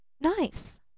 nice